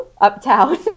uptown